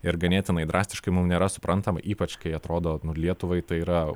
ir ganėtinai drastiškai mum nėra suprantama ypač kai atrodo nu lietuvai tai yra